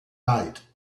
night